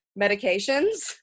medications